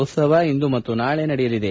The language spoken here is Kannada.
ಉತ್ತವ ಇಂದು ಮತ್ತು ನಾಳೆ ನಡೆಯಲಿದೆ